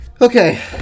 Okay